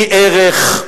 היא ערך,